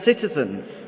citizens